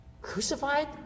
Crucified